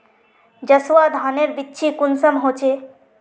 जसवा धानेर बिच्ची कुंसम होचए?